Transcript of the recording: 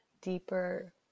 Deeper